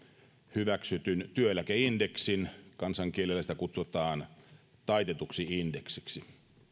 hyväksytyn työeläkeindeksin kansankielellä sitä kutsutaan taitetuksi indeksiksi on